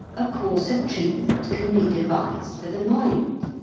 a course of treatment can be devised for the mind.